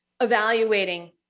evaluating